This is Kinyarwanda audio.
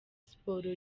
siporo